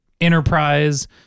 Enterprise